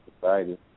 society